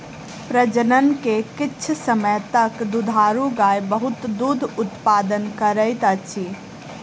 प्रजनन के किछ समय तक दुधारू गाय बहुत दूध उतपादन करैत अछि